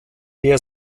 der